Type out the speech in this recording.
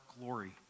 glory